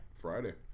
Friday